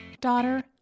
daughter